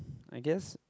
I guess